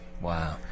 Wow